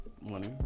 Money